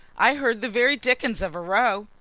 i heard the very dickens of a row?